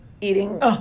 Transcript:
eating